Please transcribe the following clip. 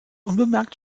unbemerkt